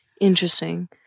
Interesting